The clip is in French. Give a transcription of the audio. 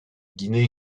guinée